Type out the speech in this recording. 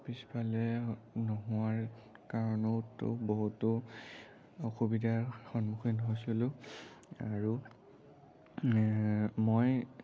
পিছফালে নোহোৱাৰ কাৰণেতো বহুতো অসুবিধাৰ সন্মুখীন হৈছিলোঁ আৰু মই